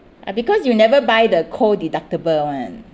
uh because you never buy the co deductible one